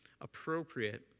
appropriate